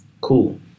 Cool